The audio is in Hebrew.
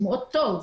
שהוא מאוד טוב,